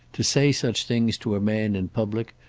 to say such things to a man in public,